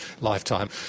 lifetime